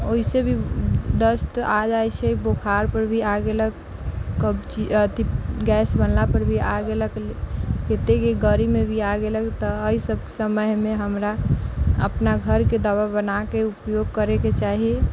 वैसे भी दस्त आ जाइ छै बुखार पर भी आ गेलक कब्जी अथि गैस बनला पर भी आ गेलक मे भी आ गेलक तऽ एहि सभ समयमे हमरा अपना घरके दवा बनाके उपयोग करैके चाही